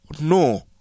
No